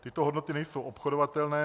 Tyto hodnoty nejsou obchodovatelné.